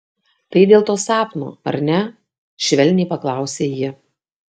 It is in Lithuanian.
tai dėl to sapno ar ne švelniai paklausė ji